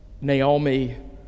Naomi